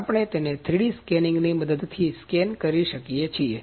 આપણે તેને 3D scanning ની મદદથી સ્કેન કરી શકીએ છીએ